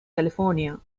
california